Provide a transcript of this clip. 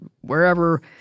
wherever